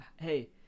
hey